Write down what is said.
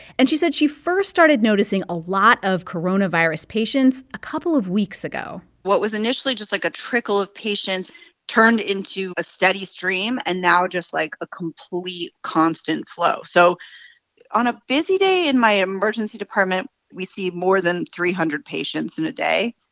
and she said she first started noticing a lot of coronavirus patients a couple of weeks ago what was initially just like a trickle of patients turned into a steady stream and now just, like, a complete constant flow. so on a busy day in my emergency department, we see more than three hundred patients in a day.